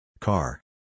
Car